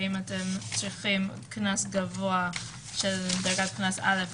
האם אתם צריכים קנס גבוה בדרגת קנס א',